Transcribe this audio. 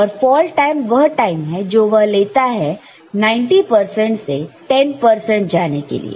और fall time वह time है जो वह लेता है 90 परसेंट से 10 परसेंट जाने के लिए